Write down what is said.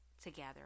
Together